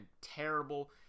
terrible